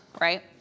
right